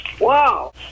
Wow